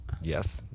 Yes